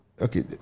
Okay